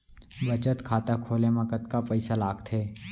बचत खाता खोले मा कतका पइसा लागथे?